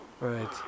Right